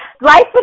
Life